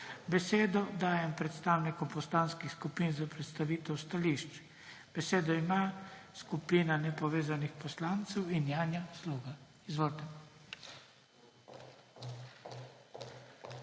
Besedo dajem predstavnikom poslanskih skupin za predstavitev stališč. Besedo ima Poslanska skupina nepovezanih poslancev in Janja Sluga. Izvolite.